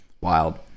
wild